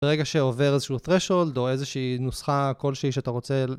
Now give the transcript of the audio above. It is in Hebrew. ברגע שעובר איזשהו threshold או איזושהי נוסחה כלשהי שאתה רוצה